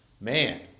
man